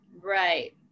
Right